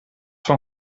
van